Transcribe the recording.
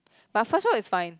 but first one is fine